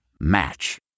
match